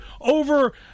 over